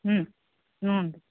ಹ್ಞೂ ಹ್ಞೂ